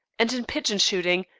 and in pigeon-shooting,